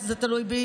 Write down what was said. אם זה תלוי בי,